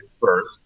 first